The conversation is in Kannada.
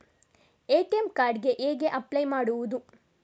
ಎ.ಟಿ.ಎಂ ಕಾರ್ಡ್ ಗೆ ಹೇಗೆ ಅಪ್ಲೈ ಮಾಡುವುದು?